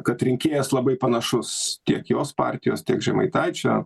kad rinkėjas labai panašus tiek jos partijos tiek žemaitaičio